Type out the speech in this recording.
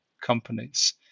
companies